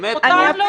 באמת, נו.